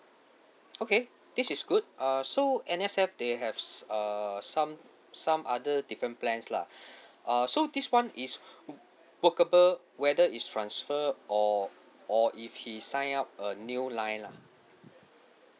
okay this is good err so N_S_F they have s~ err some some other different plans lah err so this [one] is workable whether is transfer or or if he sign up a new line lah